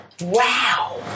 Wow